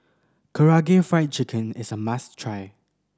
Karaage Fried Chicken is a must try